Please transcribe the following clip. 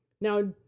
Now